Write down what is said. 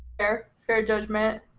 fair, fair judgment.